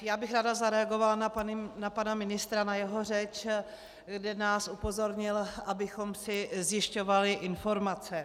Já bych ráda zareagovala na pana ministra, na jeho řeč, kde nás upozornil, abychom si zjišťovali informace.